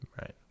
right